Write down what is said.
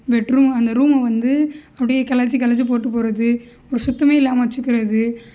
பெட்ரூமை அந்த ரூமை வந்து அப்படியே கலைச்சி கலைச்சி போட்டுப் போகிறது ஒரு சுத்தமே இல்லாமல் வச்சுக்கிறது